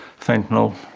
fentanyl.